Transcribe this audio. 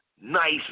nice